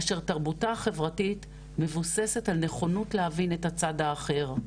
אשר תרבותה החברתית מבוססת על נכונות להבין את הצד האחר,